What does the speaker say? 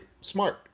smart